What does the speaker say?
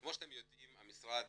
כמו שאתם יודעים, המשרד